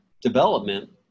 development